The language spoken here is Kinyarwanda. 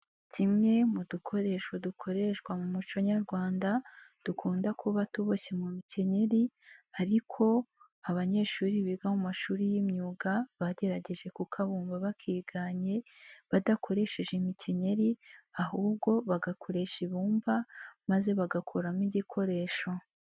Kimwe mu dukoresho dukoreshwa mu muco nyarwanda dukunda kuba tuboshye mu mikenyeri ariko abanyeshuri biga mu mashuri y'imyuga bagerageje kukabumva bakiganye badakoresheje imikenyeri ahubwo bagakoresha ibumba maze bagakuramo igikoresho.